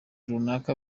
runaka